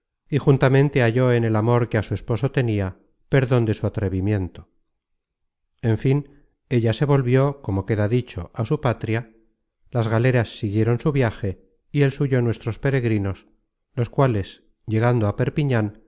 y juntamente halló en el amor que a su esposo tenia perdon de su atrevimiento en fin ella se volvió como queda dicho á su patria las galeras siguieron su viaje y el suyo nuestros peregrinos los cuales llegando a